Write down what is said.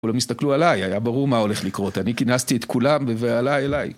כולם הסתכלו עליי, היה ברור מה הולך לקרות, אני כינסתי את כולם בבהלה אליי.